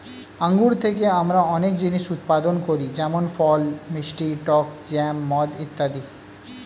আঙ্গুর থেকে আমরা অনেক জিনিস উৎপাদন করি যেমন ফল, মিষ্টি, টক জ্যাম, মদ ইত্যাদি